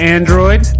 Android